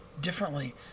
differently